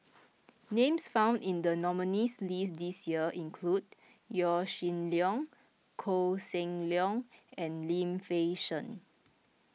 names found in the nominees' list this year include Yaw Shin Leong Koh Seng Leong and Lim Fei Shen